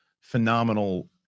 phenomenal